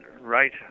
right